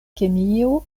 kemio